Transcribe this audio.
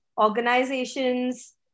organizations